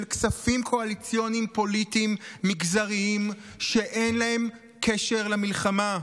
כספים קואליציוניים פוליטיים מגזריים שאין להם קשר למלחמה.